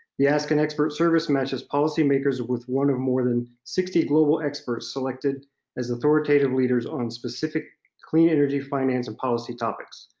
the ask an expert services matches policymakers with one or more than sixty global experts selected as authoritative leaders on specific clean energy finance and policy topics